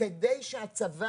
כדי שהצבא,